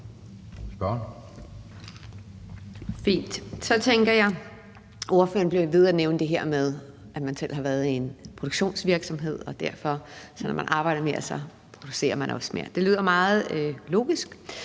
fint. Så bliver ordføreren ved med at nævne det her med, at man selv har været i en produktionsvirksomhed og ved, at når man arbejder mere, producerer man også mere. Det lyder meget logisk.